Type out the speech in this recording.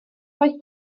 roedd